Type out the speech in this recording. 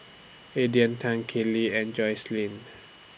Aedin Tan Kinley and Jocelyne